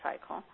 cycle –